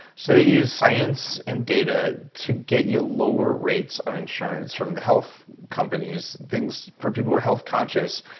so they use science and data to get you lower rates on insurance from the health companies, things for people who are health-conscious,